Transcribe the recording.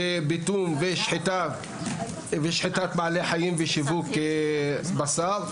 פיטום ושחיטת בעלי חיים ושיווק בשר.